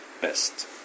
best